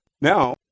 Now